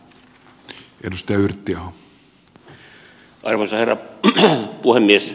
arvoisa herra puhemies